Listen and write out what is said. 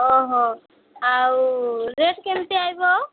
ହଁ ହଁ ଆଉ ରେଟ କେମିତି ଆଇବ